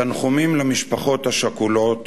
תנחומים למשפחות השכולות